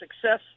success